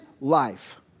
life